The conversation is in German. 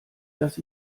dass